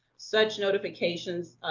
such notifications,